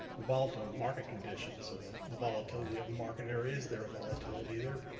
the volatile market conditions or the volatility of the market area, is there are volatility there.